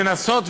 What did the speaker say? לנסות,